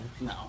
No